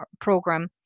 program